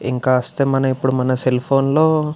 ఇంకా వస్తే మన ఇప్పుడు మన సెల్ఫోన్లో